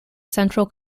central